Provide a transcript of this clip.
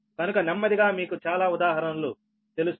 కనుక నెమ్మదిగా మీకు చాలా ఉదాహరణలు తెలుస్తాయి